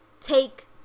take